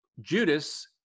Judas